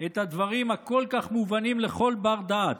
את הדברים הכל-כך מובנים לכל בר-דעת,